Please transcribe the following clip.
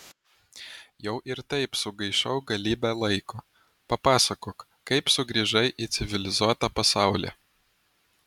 jau ir taip sugaišau galybę laiko papasakok kaip sugrįžai į civilizuotą pasaulį